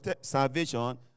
salvation